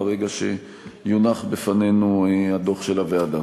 ברגע שיונח בפנינו הדוח של הוועדה.